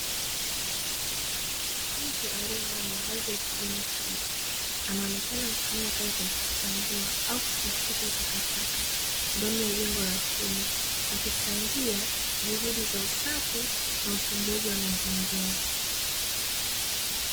Mtu aliyevaa mavazi ya kijani kibichi anaonekana akifanya kazi ya kuchambua au kusafisha takataka ndani ya jengo la chuma, akichangia juhudi za usafi na utunzaji wa mazingira.